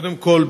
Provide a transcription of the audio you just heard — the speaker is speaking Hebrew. קודם כול,